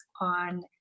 on